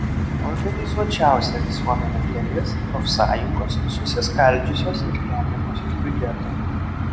organizuočiausia visuomenės dalis profsąjungos susiskaldžiusios ir remiamos iš biudžeto